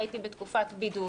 והייתי בתקופת בידוד.